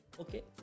okay